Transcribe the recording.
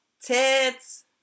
TITS